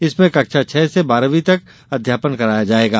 इसमें कक्षा छह से बारहवी तक अध्यापन कराया जाएगा